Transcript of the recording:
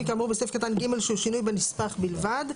כאמור בסעיף קטן (ג) שהוא שינוי בנספח בלבד,